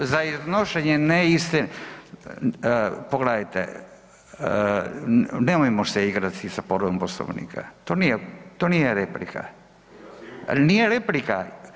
Za iznošenje neistine, pogledajte nemojmo se igrati sa povredom Poslovnika to nije, to nije replika, nije replika.